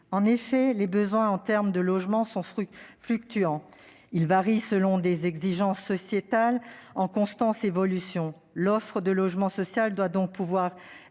En effet, les besoins en termes de logements sont fluctuants. Ils varient selon des exigences sociétales en constante évolution. L'offre de logement social doit donc pouvoir,